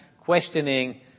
questioning